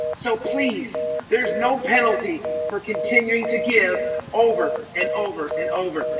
so please there is no penalty for continuing to give over and over and over.